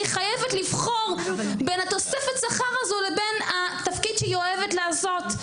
היא חייבת לבחור בין תוספת השכר לבין התפקיד שהיא אוהבת לעשות.